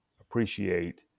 appreciate